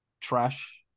trash